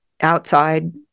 outside